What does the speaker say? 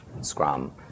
Scrum